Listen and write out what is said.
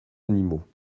animaux